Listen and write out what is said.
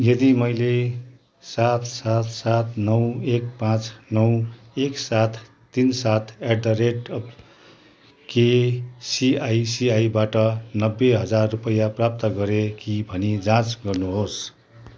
यदि मैले सात सात सात नौ एक पाँच नौ एक सात तिन सात at the rate K C I C आईबाट नब्बे हजार रुपियाँ प्राप्त गरेँ कि भनी जाँच गर्नुहोस्